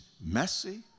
messy